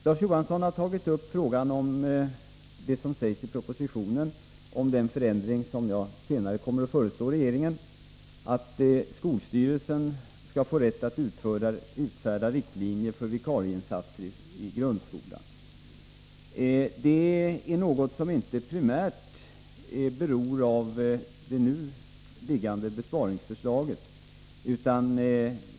Larz Johansson har tagit upp det som framhålls i propositionen om en förändring som jag senare kommer att föreslå regeringen, nämligen att skolstyrelsen skall få rätt att utfärda riktlinjer för vikarieinsatser i grundskolan. Det är något som inte primärt beror av det nu föreliggande besparingsförslaget.